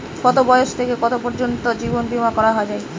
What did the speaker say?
কতো বয়স থেকে কত বয়স পর্যন্ত জীবন বিমা করা যায়?